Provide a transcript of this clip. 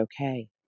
okay